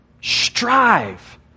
strive